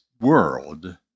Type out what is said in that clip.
world